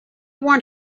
want